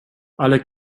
alle